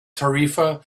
tarifa